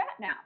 now